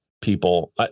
people